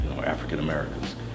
African-Americans